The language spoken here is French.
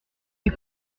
des